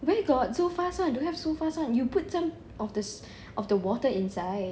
where got so fast [one] don't have so fast [one] you put some some of the water inside